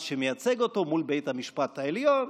שמייצג אותו מול בית המשפט העליון.